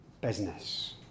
business